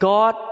God